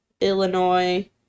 illinois